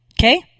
Okay